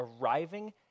arriving